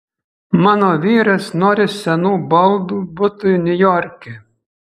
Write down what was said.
mano vyras nori senų baldų butui niujorke